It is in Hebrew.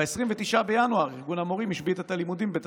ב-29 בינואר ארגון המורים השבית את הלימודים בבית